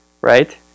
right